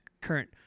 current